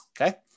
okay